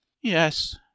Yes